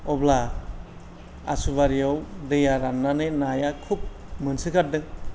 अब्ला आसु बारियाव दैया राननानै नाया खुब मोनसोगारदों